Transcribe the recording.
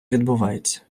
відбувається